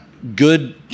good